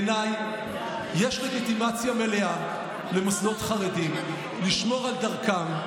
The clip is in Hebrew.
בעיניי יש לגיטימציה מלאה למוסדות חרדיים לשמור על דרכם,